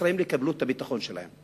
הישראלים יקבלו את הביטחון שלהם.